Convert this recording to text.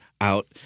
out